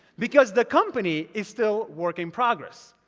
because the company is still work in progress.